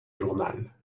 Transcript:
journal